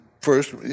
first